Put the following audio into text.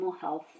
health